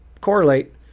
correlate